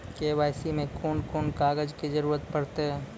KYC मे कून कून कागजक जरूरत परतै?